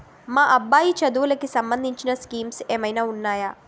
మా అబ్బాయి చదువుకి సంబందించిన స్కీమ్స్ ఏమైనా ఉన్నాయా?